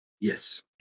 yes